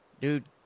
dude